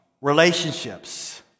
relationships